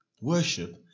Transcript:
Worship